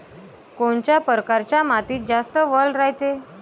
कोनच्या परकारच्या मातीत जास्त वल रायते?